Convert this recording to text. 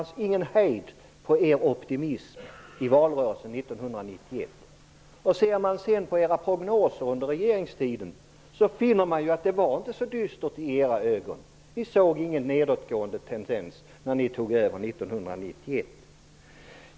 Det var ingen hejd på er optimism i valrörelsen 1991. Ser man sedan på era prognoser under regeringstiden, finner man att det då i era ögon inte var så dystert. Ni såg ingen nedåtgående tendens när ni tog över 1991.